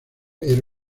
era